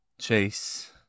Chase